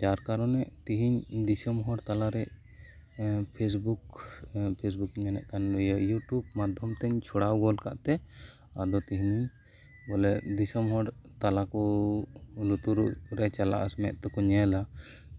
ᱡᱟᱨ ᱠᱟᱨᱚᱱᱮ ᱛᱮᱦᱮᱧ ᱫᱤᱥᱚᱢ ᱦᱚᱲ ᱛᱟᱞᱟᱨᱮ ᱯᱷᱮᱥᱵᱩᱠ ᱢᱮᱱᱮᱡ ᱠᱟᱱ ᱭᱩᱴᱩᱵ ᱢᱟᱫᱽᱫᱷᱚᱢᱛᱮ ᱪᱷᱚᱲᱟᱣ ᱜᱚᱫ ᱠᱟᱜ ᱛᱮ ᱟᱫᱚ ᱚᱱᱛᱮᱧ ᱪᱷᱚᱲᱟᱣ ᱜᱚᱫ ᱠᱟᱜᱛᱮ ᱟᱫᱚ ᱛᱮᱦᱮᱧ ᱵᱚᱞᱮ ᱫᱤᱥᱚᱢ ᱦᱚᱲ ᱛᱟᱞᱟᱨᱮ ᱞᱩᱛᱩᱨ ᱛᱮ ᱪᱟᱞᱟᱣ ᱟᱨ ᱢᱮᱫ ᱛᱮᱠᱚ ᱧᱮᱞᱟ